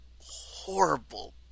horrible